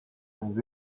and